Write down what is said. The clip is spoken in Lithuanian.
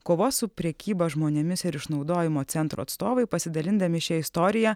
kovos su prekyba žmonėmis ir išnaudojimo centro atstovai pasidalindami šia istorija